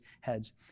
heads